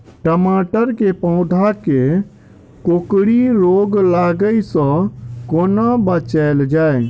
टमाटर केँ पौधा केँ कोकरी रोग लागै सऽ कोना बचाएल जाएँ?